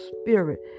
spirit